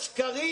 השקרים,